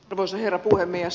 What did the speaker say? arvoisa herra puhemies